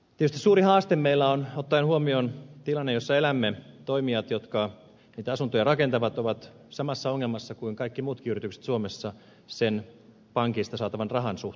tietysti suuri haaste meillä on ottaen huomioon tilanne jossa elämme että toimijoilla jotka niitä asuntoja rakentavat on sama ongelma kuin kaikilla muillakin yrityksillä suomessa sen pankeista saatavan rahan suhteen